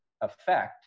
effect